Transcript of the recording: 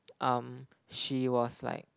um she was like